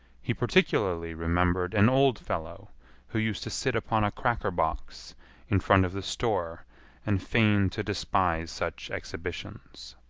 he particularly remembered an old fellow who used to sit upon a cracker box in front of the store and feign to despise such exhibitions.